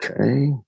Okay